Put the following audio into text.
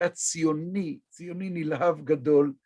היה ציוני, ציוני נלהב גדול.